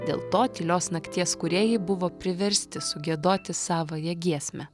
dėl to tylios nakties kūrėjai buvo priversti sugiedoti savąją giesmę